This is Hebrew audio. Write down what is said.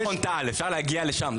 יש מכון טל שאפשר להגיע לשם,